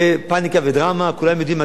ברשויות יידחו בחודשים מספר.